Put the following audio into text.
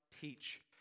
teach